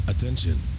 Attention